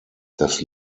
das